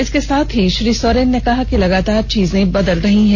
इसके साथ ही श्री सोरेन ने कहा है कि लगातार चीजें बदल रही है